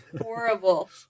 horrible